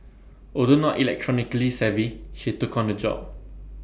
although not electronically savvy she took on the job